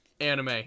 anime